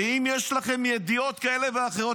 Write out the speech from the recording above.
ואם יש לכם ידיעות כאלה ואחרות,